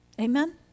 Amen